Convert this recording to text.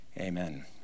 amen